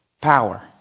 power